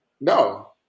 No